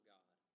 God